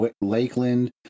Lakeland